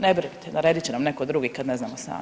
Ne brinite naredit će nam netko drugi kad ne znamo sami.